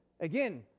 Again